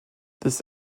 this